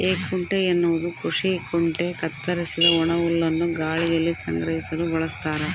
ಹೇಕುಂಟೆ ಎನ್ನುವುದು ಕೃಷಿ ಕುಂಟೆ ಕತ್ತರಿಸಿದ ಒಣಹುಲ್ಲನ್ನು ಗಾಳಿಯಲ್ಲಿ ಸಂಗ್ರಹಿಸಲು ಬಳಸ್ತಾರ